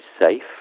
safe